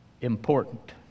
important